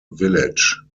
village